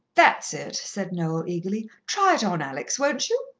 that's it, said noel eagerly. try it on, alex, won't you?